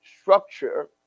structure